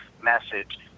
message